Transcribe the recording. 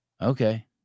Okay